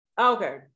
okay